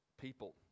people